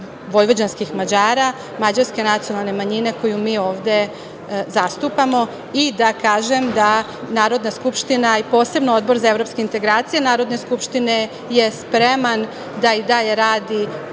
vojvođanskih Mađara, Mađarske nacionalne manjine koju mi ovde zastupamo i da kažem da Narodna skupština i posebno Odbor za evropske integracije Narodne skupštine je spreman da i dalje radi,